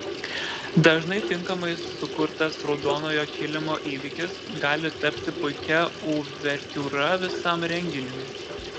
dažnai tinkamai sukurtas raudonojo kilimo įvykis gali tapti puikia uvertiūra visam renginiui